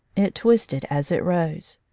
it twisted as it rose.